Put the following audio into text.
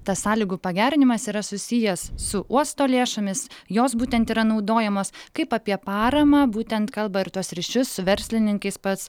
tas sąlygų pagerinimas yra susijęs su uosto lėšomis jos būtent yra naudojamos kaip apie paramą būtent kalba ir tuos ryšius su verslininkais pats